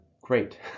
great